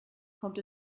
kommt